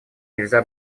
нельзя